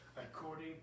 according